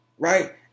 right